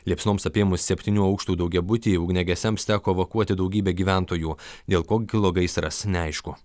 liepsnoms apėmus septynių aukštų daugiabutį ugniagesiams teko evakuoti daugybę gyventojų dėl ko kilo gaisras neaišku